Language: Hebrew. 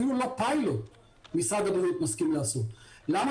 אפילו לא פיילוט משרד הבריאות מסכים לעשות למה